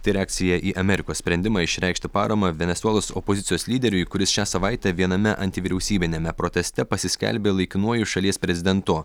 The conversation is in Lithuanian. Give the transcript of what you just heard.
tai reakcija į amerikos sprendimą išreikšti paramą venesuelos opozicijos lyderiui kuris šią savaitę viename antivyriausybiniame proteste pasiskelbė laikinuoju šalies prezidentu